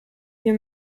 wir